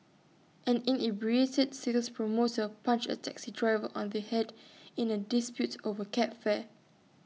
an inebriated sales promoter punched A taxi driver on the Head in A dispute over cab fare